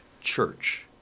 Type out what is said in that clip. church